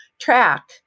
track